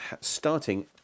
starting